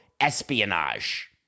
espionage